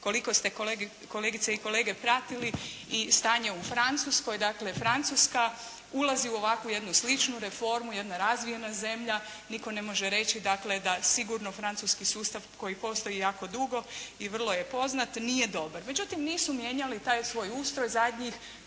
koliko ste kolegice i kolege pratili i stanje u Francuskoj. Dakle Francuska ulazi u jednu ovakvu sličnu reformu, jedna razvijena zemlja, nitko ne može reći da sigurno francuski sustav koji postoji jako dugo i vrlo je poznat, nije dobar. Međutim nisu mijenjali taj svoj ustroj zadnjih